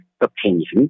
opinion—